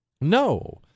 No